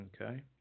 Okay